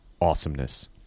awesomeness